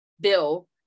Bill